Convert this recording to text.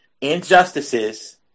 injustices